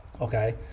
Okay